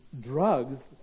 drugs